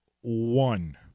one